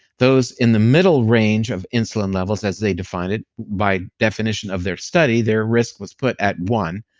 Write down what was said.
those in the middle range of insulin levels as they defined it by definition of their study, their risk was put at one,